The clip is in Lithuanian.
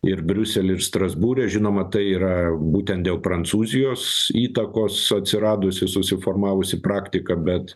ir briusely ir strasbūre žinoma tai yra būtent dėl prancūzijos įtakos atsiradusi susiformavusi praktika bet